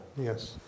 yes